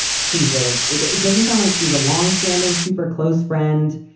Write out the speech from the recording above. she's a it it doesn't sound like she's a long standing, super close friend,